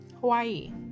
Hawaii